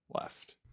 left